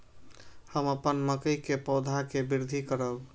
हम अपन मकई के पौधा के वृद्धि करब?